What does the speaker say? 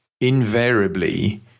invariably